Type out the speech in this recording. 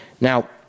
Now